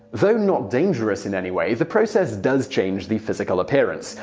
though not dangerous in any way, the process does change the physical appearance.